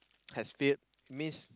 has failed means